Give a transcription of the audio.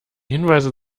hinweise